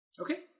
Okay